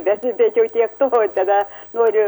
bet bet jau tiek to tada noriu